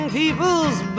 people's